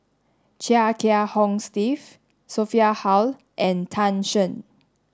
Chia Kiah Hong Steve Sophia Hull and Tan Shen